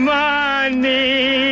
money